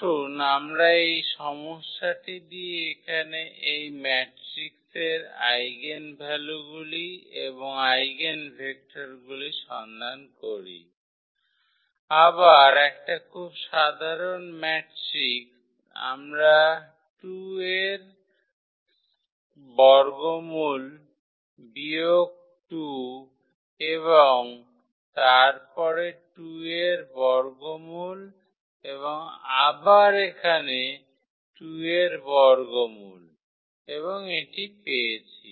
আসুন আমরা এই সমস্যাটি দিয়ে এখানে এই ম্যাট্রিক্সের আইগেনভ্যালুগুলি এবং আইগেনভেক্টরগুলির সন্ধান করি আবার একটা খুব সাধারণ ম্যাট্রিক্স আমরা 2 এর বর্গমূল বিয়োগ 2 এবং তারপরে 2 এর বর্গমূল এবং আবার এখানে 2 এর বর্গমূল এবং এটি পেয়েছি